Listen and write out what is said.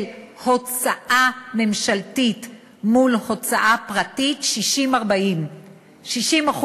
הוצאה ממשלתית מול הוצאה פרטית: 60 40. 60%,